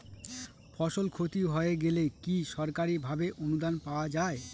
ফসল ক্ষতি হয়ে গেলে কি সরকারি ভাবে অনুদান পাওয়া য়ায়?